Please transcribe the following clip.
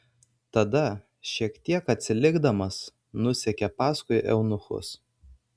tada šiek tiek atsilikdamas nusekė paskui eunuchus